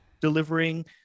delivering